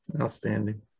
Outstanding